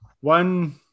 one